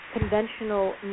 conventional